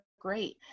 great